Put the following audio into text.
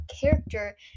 character